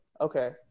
Okay